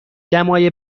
دمای